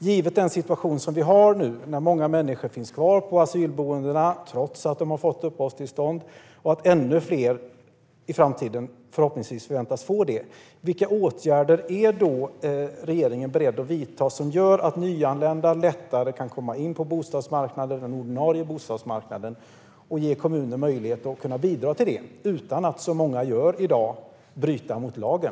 Givet den situation vi nu har där många människor finns kvar på asylboendena trots att de har fått uppehållstillstånd och givet att ännu fler väntas få det i framtiden: Vilka åtgärder är regeringen beredd att vidta som gör att nyanlända lättare kan komma in på den ordinarie bostadsmarknaden och ger kommunerna möjlighet att bidra till detta utan att, som många gör i dag, bryta mot lagen?